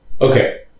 Okay